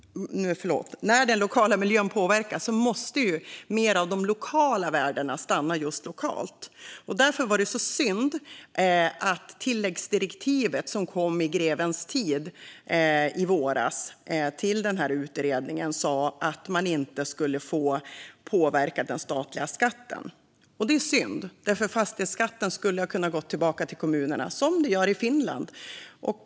När den lokala miljön påverkas måste mer av de lokala värdena stanna just lokalt. Därför var det så synd att utredningens tilläggsdirektiv, som kom i grevens tid i våras, sa att man inte skulle få påverka den statliga skatten. Det är synd, för fastighetsskatten skulle ha kunnat gå tillbaka till kommunerna - som den gör i Finland.